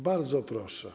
Bardzo proszę.